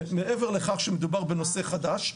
מעבר לכך שמדובר בנושא חדש,